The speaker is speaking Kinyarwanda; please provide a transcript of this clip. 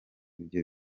ibyo